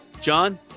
John